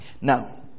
Now